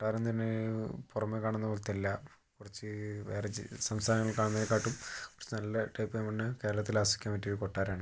കൊട്ടാരം തന്നെ പുറമെ കാണുന്ന പോലത്തെ അല്ല കുറച്ച് വേറെ ജി സംസ്ഥാനങ്ങളിൽ കാണുന്നത് കാട്ടും കുറച്ച് നല്ല ടൈപ്പ് മുന്നേ കേരളത്തില് ആസ്വദിക്കാൻ പറ്റിയ ഒരു കൊട്ടാരമാണ്